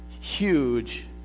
huge